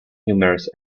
numerous